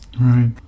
right